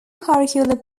curricular